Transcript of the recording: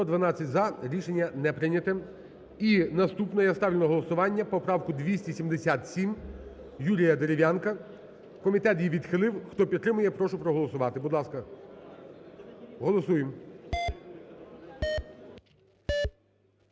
За-112 Рішення не прийнято. І наступне, я ставлю на голосування поправку 277 Юрія Дерев'янка. Комітет її відхилив. Хто підтримує, прошу проголосувати. Будь ласка, голосуємо.